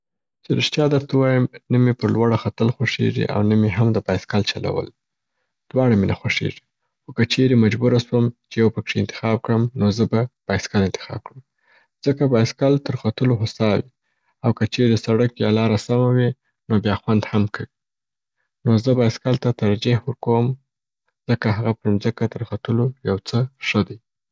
چې ریښتیا درته ووایم نه مي پر لوړه ختل خوښیږي او نه مي هم د بایسکل چلول. دواړه مي نه خوشیږي، خو که چیري مجبوره سوم چې یو پکښي انتخاب کړم نو زه به بایسکل انتخاب کړم. ځکه بایسکل تر ختلو هوسا وي او که چیري سړک یا لاره سمه وي، نو بیا خوند هم کوي. نو زه بایسکل ته ترجح ورکوم ځکه هغه پر مځکه تر ختلو یو څه ښه دی.